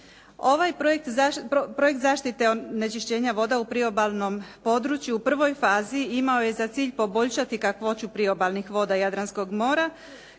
Ovaj projekt zaštite onečišćenja voda u priobalnom području u prvoj fazi imao je za cilj poboljšati kakvoću priobalnih voda Jadranskog mora